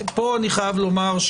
פה אני חייב לומר,